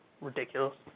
Ridiculous